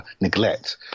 neglect